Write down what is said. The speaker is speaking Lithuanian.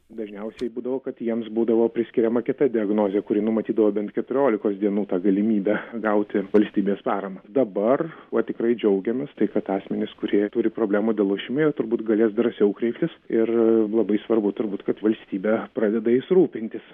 dažniausiai būdavo kad jiems būdavo priskiriama kita diagnozė kuri numatydavo bent keturiolikos dienų tą galimybę gauti valstybės paramą dabar va tikrai džiaugiamės tai kad asmenys kurie turi problemų dėl lošimo jie turbūt galės drąsiau kreiptis ir labai svarbu turbūt kad valstybė pradeda jais rūpintis